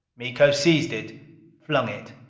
miko seized it flung it.